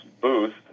booth